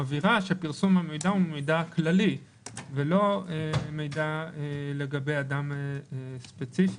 מבהירה שפרסום המידע הוא המידע הכללי ולא מידע לגבי אדם ספציפי.